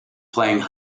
playing